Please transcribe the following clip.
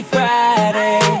Friday